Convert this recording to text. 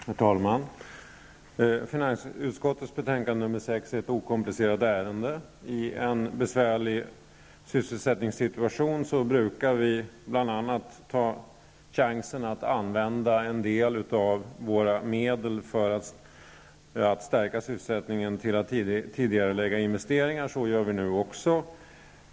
Herr talman! Finanutskottets betänkande nr 6 behandlar ett okomplicerat ärende. I en besvärlig sysselsättningssituation brukar vi bl.a. ta chansen att använda en del av våra medel för att stärka sysselsättningen till att tidigarelägga investeringar. Så gör vi nu också.